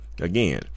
again